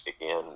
again